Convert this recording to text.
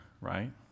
right